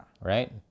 right